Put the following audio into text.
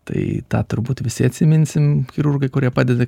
tai tą turbūt visi atsiminsim chirurgai kurie padeda